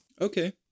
Okay